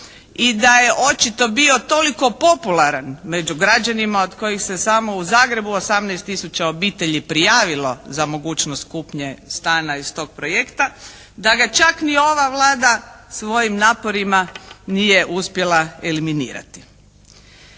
i da je očito bio toliko popularan među građanima od kojih se samo u Zagrebu 18 tisuća obitelj prijavilo za mogućnost kupnje stana iz tog projekta, da ga čak ni ova Vlada svojim naporima nije uspjela eliminirati.